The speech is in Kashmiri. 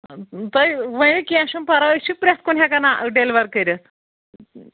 تُہۍ ؤنِو کیٚنٛہہ چھُنہٕ پَرواے أسۍ چھِ پرٛٮ۪تھ کُنہِ ہٮ۪کان آ ڈٮ۪لِوَر کٔرِتھ